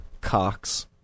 cocks